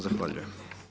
Zahvaljujem.